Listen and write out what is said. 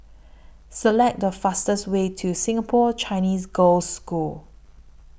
Select The fastest Way to Singapore Chinese Girls' School